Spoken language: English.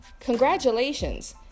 Congratulations